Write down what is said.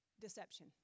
deception